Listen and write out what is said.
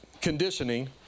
conditioning